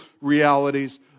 realities